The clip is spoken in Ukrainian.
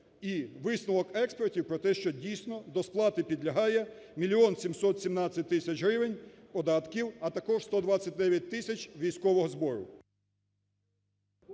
і висновок експертів, про те, що дійсно до сплати підлягає мільйон 717 тисяч гривень податків, а також 129 тисяч військового збору.